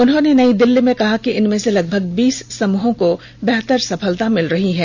उन्होंने नई दिल्ली में कहा कि इनमें से लगभग बीस समूहों को बेहतर सफलता मिल रही है